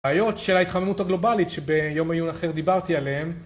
בעיות של ההתחממות הגלובלית שביום עיון אחר דיברתי עליהן.